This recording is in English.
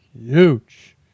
huge